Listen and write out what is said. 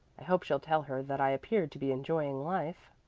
i hope she'll tell her that i appeared to be enjoying life.